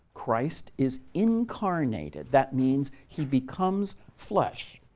christ is incarnated that means he becomes flesh.